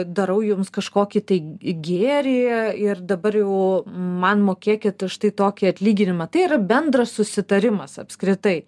darau jums kažkokį tai gėrį ir dabar jau man mokėkit štai tokį atlyginimą tai yra bendras susitarimas apskritai